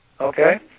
okay